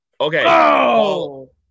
Okay